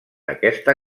aquesta